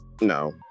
No